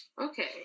Okay